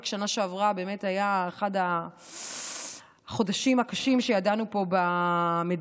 בשנה שעברה זה באמת היה אחד החודשים הקשים שידענו פה במדינה.